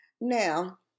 now